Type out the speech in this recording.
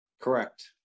Correct